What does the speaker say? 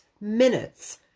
minutes